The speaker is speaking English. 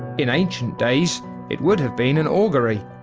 in ancient days it would have been an augury.